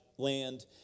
land